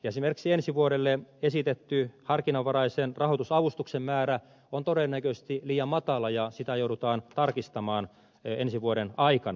esimerkiksi ensi vuodelle esitetty harkinnanvaraisen rahoitusavustuksen määrä on todennäköisesti liian matala ja sitä joudutaan tarkistamaan ensi vuoden aikana